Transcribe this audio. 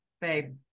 babe